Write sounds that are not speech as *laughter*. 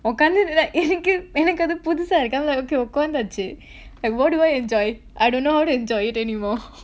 உக்காந்து:ukkaanthu right *laughs* எனக்கு எனக்கு அது புதுசா இருக்கு:enakku enakku athu puthusaa irukku like okay உக்காந்துச்சு:ukkaanthuchu what do I enjoy I don't know how to enjoy it anymore